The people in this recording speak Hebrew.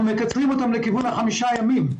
אנחנו מקצרים אותם לכיוון חמישה ימים.